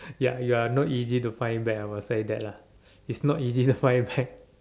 ya you're not easy to find back ah I must say that lah it's not easy to find back